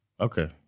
Okay